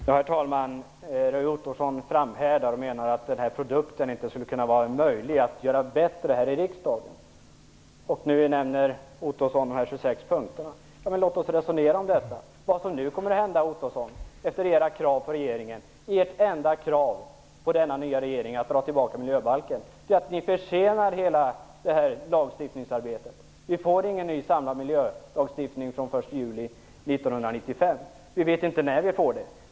Herr talman! Roy Ottosson framhärdar och menar att det inte skulle ha varit möjligt att göra produkten bättre här i riksdagen. Han nämner 26 punkter. Låt oss resonera om dem. Vad som nu kommer att hända - efter ert enda krav på den nya regeringen, att dra tillbaka förslaget om miljöbalken - är att ni försenar hela lagstiftningsarbetet. Vi får ingen samlad miljölagstiftning den 1 juli 1995. Vi vet inte när vi får det.